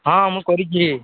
ହଁ ମୁଁ କରିଛି